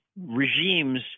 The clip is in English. regimes